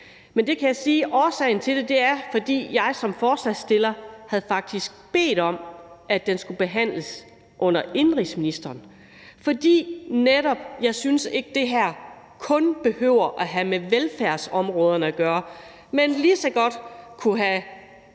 på. Jeg kan sige, at årsagen til det er, at jeg som forslagsstiller faktisk havde bedt om, at det skulle behandles under indenrigsministeren, netop fordi jeg ikke synes, at det her behøver at have med velfærdsområderne at gøre, men lige så godt kunne have